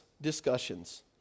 discussions